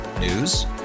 News